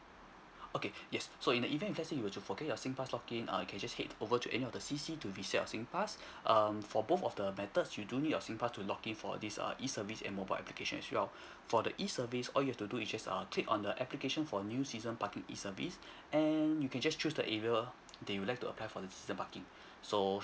okay yes so in the event if let's say you were to forget your singpass login err you can just head over to any of the C_C to reset your singpass um for both of the method you do need your singpass to login for this err E service and mobile application as well for the E service all you have to do you just err click on the application for a new season parking E service and you can just choose the area that you would like to apply for the season parking so